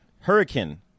Hurricane